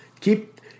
keep